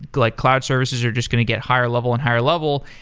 like cloud services are just going to get higher level and higher level,